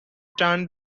turn